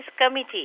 committee